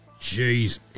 Jeez